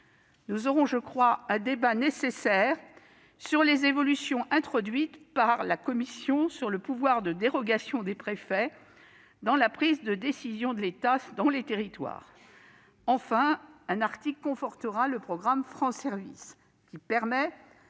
Nous aurons, je crois, un débat nécessaire sur les évolutions introduites par la commission sur le pouvoir de dérogation des préfets dans la prise de décision de l'État dans les territoires. Enfin, un article confortera le programme France Services qui permet